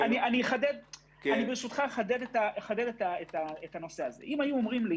אחדד את הנושא: אם היו אומרים לי